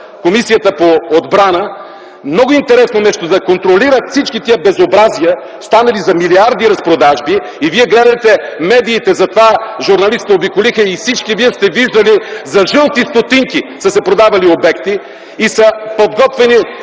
Комисията по отбрана, много интересно нещо – да контролират всички тези безобразия, станали за милиарди разпродажби. Вие гледайте медиите. За това журналисти обиколиха и всички вие сте виждали - за жълти стотинки са се продавали обекти и са подготвени.